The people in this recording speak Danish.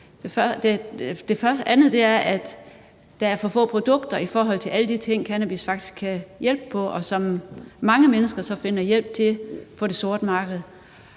Det andet er, at der er for få produkter i forhold til alle de ting, cannabis faktisk kan hjælpe i forhold til, hvor mange mennesker så finder hjælp på det sorte marked.